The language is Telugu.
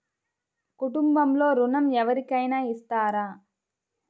కుటుంబంలో ఋణం ఎవరికైనా ఇస్తారా?